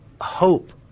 hope